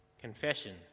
Confession